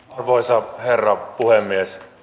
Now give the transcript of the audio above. arvoisa herra puhemies